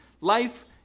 life